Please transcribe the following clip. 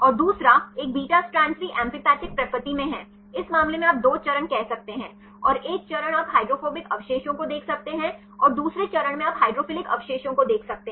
और दूसरा एक बीटा स्ट्रैंड भी एम्फीपैथिक प्रकृति में हैं इस मामले में आप 2 चरण कह सकते हैं और एक चरण आप हाइड्रोफोबिक अवशेषों को देख सकते हैं और दूसरे चरण में आप हाइड्रोफिलिक अवशेषों को देख सकते हैं